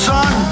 Son